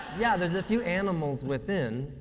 yeah, there's a few animals within,